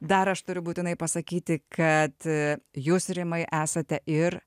dar aš turiu būtinai pasakyti kad jūs rimai esate ir